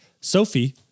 Sophie